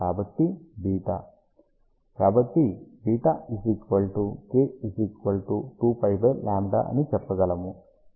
కాబట్టి βకాబట్టి β k 2πλ అని చెప్పగలము